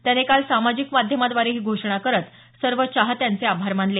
त्याने काल सामाजिक माध्यमाद्वारे ही घोषणा करत सर्व चाहत्यांचे आभार मानले